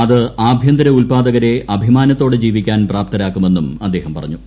അത് ആഭ്യന്തര ഉൽപ്പാദകരെ അഭിമാനത്തോടെ ജീവിക്കാൻ പ്രാപ്തരാക്കുമെന്നും അദ്ദേഹം പറഞ്ഞു